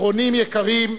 אחרונים יקרים,